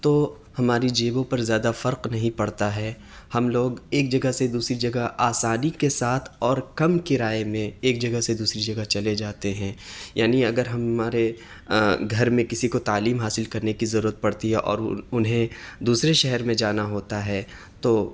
تو ہماری جیبوں پر زیادہ فرق نہیں پڑتا ہے ہم لوگ ایک جگہ سے دوسری جگہ آسانی کے ساتھ اور کم کرائے میں ایک جگہ سے دوسری جگہ چلے جاتے ہیں یعنی اگر ہمارے گھر میں کسی کو تعلیم حاصل کرنے کی ضرورت پڑتی ہے اور انہیں دوسرے شہر میں جانا ہوتا ہے تو